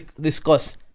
discuss